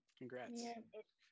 Congrats